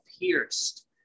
pierced